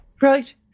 Right